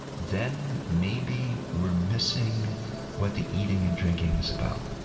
then maybe we're missing what the eating and drinking is about